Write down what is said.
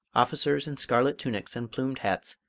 officers in scarlet tunics and plumed hats,